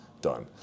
done